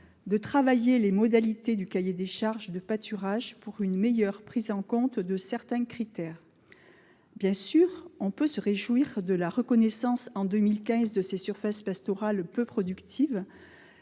de perfectionner les modalités du cahier des charges de pâturage pour mieux prendre en compte certains critères. Bien sûr, on peut se féliciter de la reconnaissance, en 2015, des surfaces pastorales peu productives,